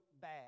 bad